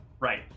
Right